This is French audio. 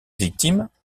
victimes